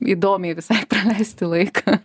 įdomiai visai praleisti laiką